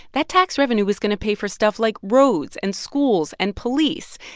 that tax revenue was going to pay for stuff like roads and schools and police.